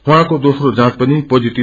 उहाँको दोप्नो जाँच पनि पोजिटी